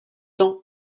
temps